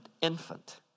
infant